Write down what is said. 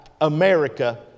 America